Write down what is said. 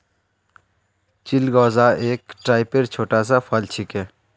चिलगोजा एक टाइपेर छोटा सा फल छिके